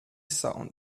sound